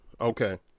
Okay